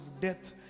death